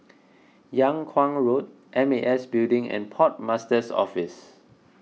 Yung Kuang Road M A S Building and Port Master's Office